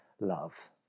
love